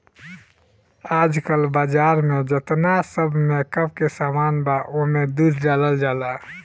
आजकल बाजार में जेतना सब मेकअप के सामान बा ओमे दूध डालल जाला